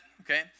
okay